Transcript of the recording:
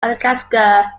madagascar